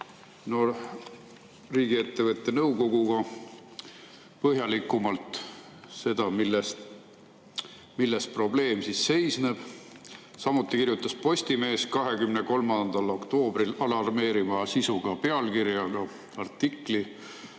riigiettevõtte nõukoguga põhjalikumalt seda, milles probleem seisneb. Samuti kirjutas Postimees 23. oktoobril alarmeeriva sisuga artikli